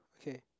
okay